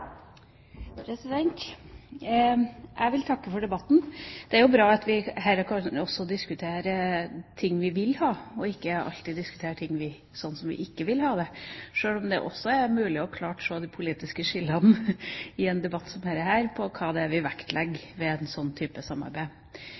til. Jeg vil takke for debatten. Det er bra at vi her også kan diskutere ting vi vil ha, og ikke alltid diskutere ting slik vi ikke vil ha dem, sjøl om det er mulig å se klare politiske skiller i en debatt som denne om hva vi vektlegger